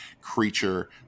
creature